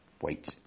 Wait